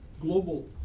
global